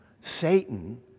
Satan